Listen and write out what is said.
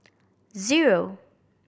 zero